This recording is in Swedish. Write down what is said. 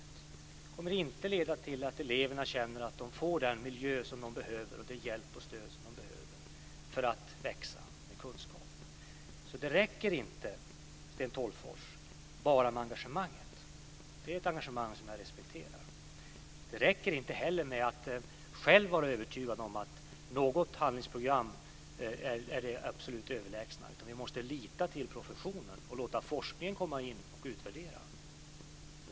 Det kommer inte att leda till att eleverna känner att de får vistas i den miljö de behöver och får den hjälp och det stöd de behöver för att växa med kunskap. Det räcker inte, Sten Tolgfors, med bara engagemanget. Det är ett engagemang jag respekterar. Det räcker inte heller med att själv vara övertygad om att något handlingsprogram är det absolut överlägsna. Vi måste lita till professionen och låta forskarna vara med och utvärdera.